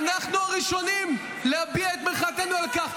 ואנחנו הראשונים להביע את מחאתנו על כך.